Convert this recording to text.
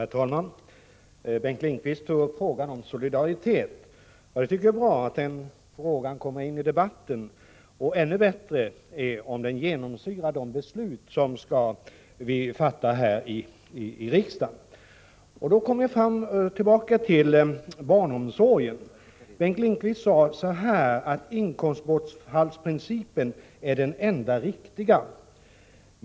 Herr talman! Bengt Lindqvist tog upp frågan om solidaritet. Det är bra att den frågan kommer in i debatten och ännu bättre är det om den genomsyrar de beslut som vi skall fatta i riksdagen. Då kommer vi tillbaka till barnomsorgen. Bengt Lindqvist sade att inkomstbortfallsprincipen är den enda riktiga.